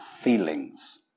feelings